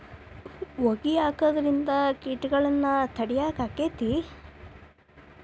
ಹೊಗಿ ಹಾಕುದ್ರಿಂದ ಕೇಟಗೊಳ್ನ ತಡಿಯಾಕ ಆಕ್ಕೆತಿ?